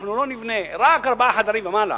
אנחנו לא נבנה, רק ארבעה חדרים ומעלה.